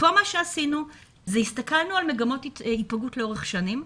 פה הסתכלנו על מגמות היפגעות לאורך שנים,